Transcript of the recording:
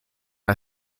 are